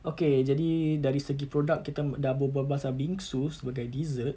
okay jadi dari segi product kita dah berbual pasal bingsu sebagai dessert